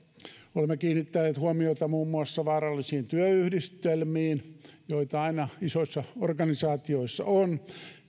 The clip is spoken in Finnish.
olemme kiinnittäneet huomiota muun muassa vaarallisiin työyhdistelmiin joita aina isoissa organisaatioissa on